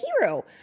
hero